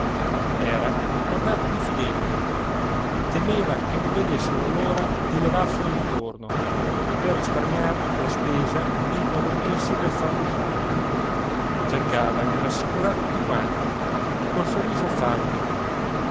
era tornato diffidente temeva che non vedessero l'ora di levarselo di torno per risparmiar la spesa e impadronirsi del fatto suo cercava di rassicurar tutti quanti col sorriso affabile